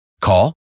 Call